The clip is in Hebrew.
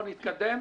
בוא נתקדם.